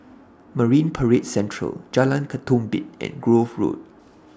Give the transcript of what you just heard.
Marine Parade Central Jalan Ketumbit and Grove Road